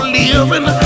living